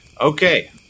Okay